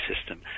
system